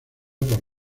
por